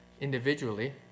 individually